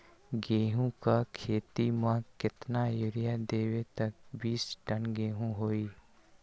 गेंहू क खेती म केतना यूरिया देब त बिस टन गेहूं होई?